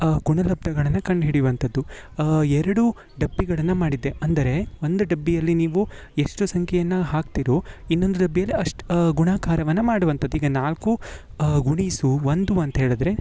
ಆ ಗುಣಲಬ್ಧಗಳನ್ನು ಕಂಡು ಹಿಡಿಯುವಂಥದ್ದು ಎರಡು ಡಬ್ಬಿಗಳನ್ನು ಮಾಡಿದೆ ಅಂದರೆ ಒಂದು ಡಬ್ಬಿಯಲ್ಲಿ ನೀವು ಎಷ್ಟು ಸಂಖ್ಯೆಯನ್ನು ಹಾಕ್ತಿರೋ ಇನ್ನೊಂದು ಡಬ್ಬಿಯಲ್ಲಿ ಅಷ್ಟು ಗುಣಾಕಾರವನ್ನು ಮಾಡುವಂಥದ್ದು ಈಗ ನಾಲ್ಕು ಗುಣಿಸು ಒಂದು ಅಂತ ಹೇಳಿದರೆ